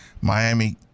Miami